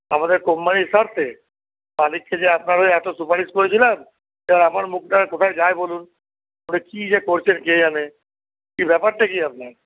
আমাদের কোম্পানির স্বার্থে মালিককে যে আপনার হয়ে এতো সুপারিশ করেছিলাম তা আমার মুখটা আর কোথায় যায় বলুন মানে কি যে করছেন কে জানে কি ব্যাপারটা কি আপনার